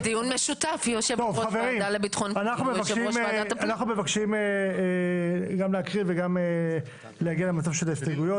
חברים, אנחנו מבקשים גם להקריא וגם להגיע להצבעה.